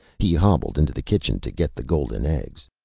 he hobbled into the kitchen to get the golden eggs.